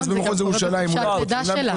אז במחוז ירושלים אולי פותחים לה,